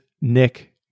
Nick